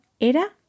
Era